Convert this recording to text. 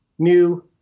new